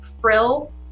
frill